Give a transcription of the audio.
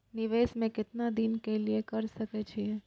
निवेश में केतना दिन के लिए कर सके छीय?